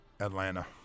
Atlanta